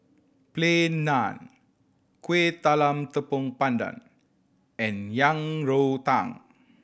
Plain Naan Kueh Talam Tepong Pandan and Yang Rou Tang